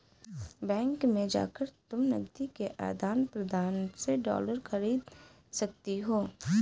bank में जाकर तुम नकदी के आदान प्रदान से डॉलर खरीद सकती हो